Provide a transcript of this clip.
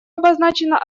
обозначена